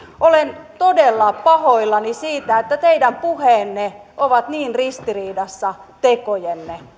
olen todella pahoillani siitä että teidän puheenne ovat niin ristiriidassa tekojenne